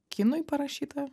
kinui parašyta